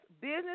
Business